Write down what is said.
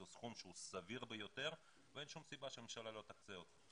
זה סכום שהוא סביר ביותר ואין שום סיבה שהממשלה לא תקצה אותו.